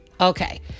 Okay